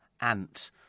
Ant